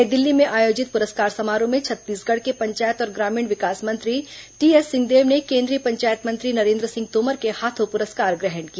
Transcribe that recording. नई दिल्ली में आयोजित पुरस्कार समारोह में छत्तीसगढ़ के पंचायत और ग्रामीण विकास मंत्री टीएस सिंहदेव ने केंद्रीय पंचायत मंत्री नरेन्द्र सिंह तोमर के हाथों पुरस्कार ग्रहण किया